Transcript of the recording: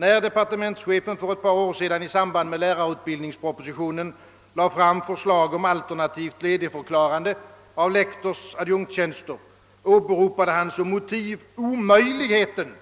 När han för ett par år sedan i samband med lärarutbildningspropositionen lade fram förslag om alternativt ledigförklarande av lektorsoch adjunktstjänster åberopade han som motiv omöjligheten